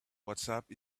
whatsapp